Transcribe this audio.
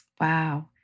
Wow